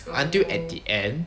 until at the end